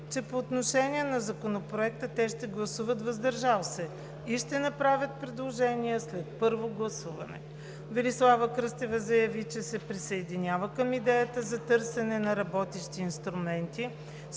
че по отношение на Законопроекта те ще гласуват „въздържал се“ и ще направят предложения след първо гласуване. Велислава Кръстева заяви, че се присъединява към идеята за търсене на работещи инструменти,